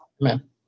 Amen